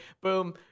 Boom